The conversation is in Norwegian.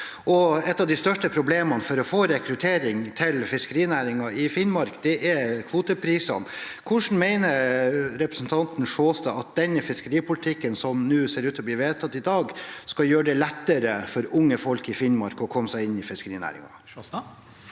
Et av de største problemene for å få rekruttering til fiskerinæringen i Finnmark, er kvoteprisene. Hvordan mener representanten Sjåstad at den fiskeripolitikken som ser ut til å bli vedtatt i dag, skal gjøre det lettere for unge folk i Finnmark å komme seg inn i fiskerinæringen?